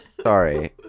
Sorry